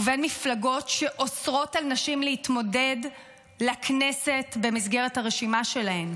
ובין מפלגות שאוסרות על נשים להתמודד לכנסת במסגרת הרשימה שלהן,